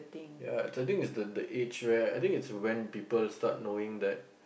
ya the thing is the the age where is when people start knowing that